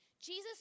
Jesus